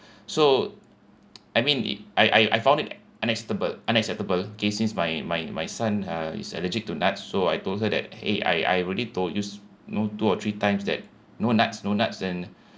so I mean it I I I found it unacceptable unacceptable okay since my my my son uh is allergic to nuts so I told her that !hey! I I already told you know two or three times that no nuts no nuts then